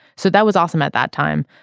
so that was awesome at that time.